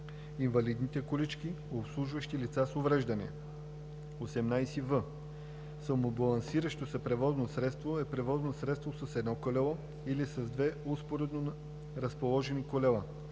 инвалидните колички, обслужващи лица с увреждания. 18в. „Самобалансиращо се превозно средство“ е превозно средство с едно колело или с две успоредно разположени колела,